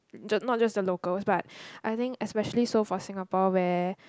just not just the locals but I think especially so for Singapore where